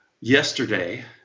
yesterday